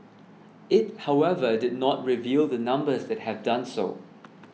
it however did not reveal the numbers that have done so